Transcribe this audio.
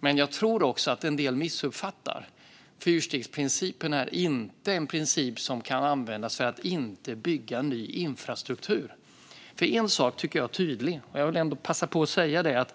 men jag tror att en del missuppfattar den. Fyrstegsprincipen är inte en princip som kan användas för att inte bygga ny infrastruktur. En sak tycker jag är tydlig - jag vill ändå passa på att säga det.